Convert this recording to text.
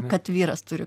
kad vyras turi